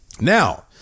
Now